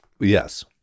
Yes